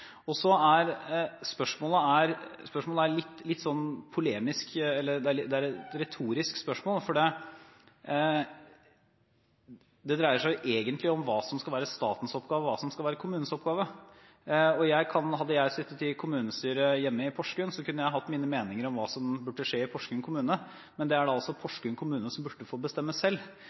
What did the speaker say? Spørsmålet er litt polemisk, eller det er et retorisk spørsmål, for det dreier seg egentlig om hva som skal være statens oppgave, og hva som skal være kommunens oppgave. Hadde jeg sittet i kommunestyret hjemme i Porsgrunn, kunne jeg hatt mine meninger om hva som burde skje i Porsgrunn kommune, men det er det altså Porsgrunn kommune som burde få bestemme selv.